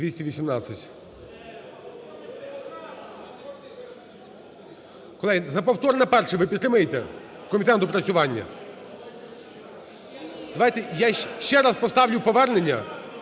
Колеги, за повторне перше ви підтримаєте, в комітет на доопрацювання? Давайте я ще раз поставлю повернення,